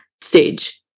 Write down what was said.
stage